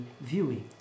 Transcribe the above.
viewing